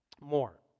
more